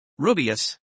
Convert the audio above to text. Rubius